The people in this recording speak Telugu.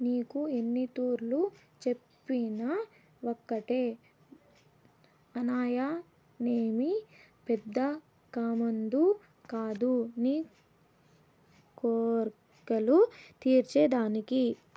నీకు ఎన్నితూర్లు చెప్పినా ఒకటే మానాయనేమి పెద్ద కామందు కాదు నీ కోర్కెలు తీర్చే దానికి